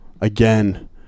again